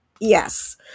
Yes